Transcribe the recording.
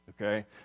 okay